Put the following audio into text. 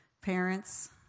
parents